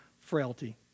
frailty